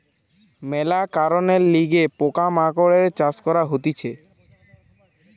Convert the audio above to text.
মেলা কারণের লিগে পোকা মাকড়ের চাষ করা হতিছে